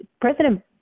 President